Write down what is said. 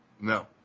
No